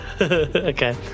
Okay